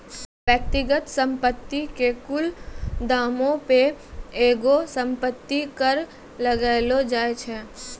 व्यक्तिगत संपत्ति के कुल दामो पे एगो संपत्ति कर लगैलो जाय छै